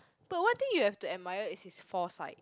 but one thing you have to admire is his foresight